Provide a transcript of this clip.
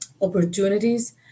opportunities